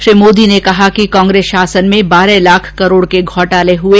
श्री मोदी ने कहा कि कांग्रेस शासन में बारह लाख करोड़ के घोटाले हुए